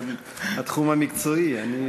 זה התחום המקצועי שלך.